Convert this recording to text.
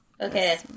Okay